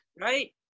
Right